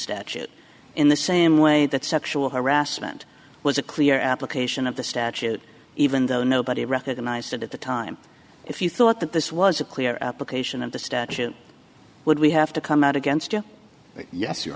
statute in the same way that sexual harassment was a clear application of the statute even though nobody recognized it at the time if you thought that this was a clear application of the statute would we have to come out against you yes